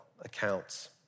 accounts